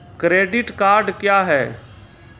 Credit card क्या हैं?